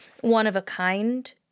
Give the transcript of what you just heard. one-of-a-kind